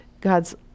God's